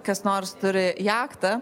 kas nors turi jachtą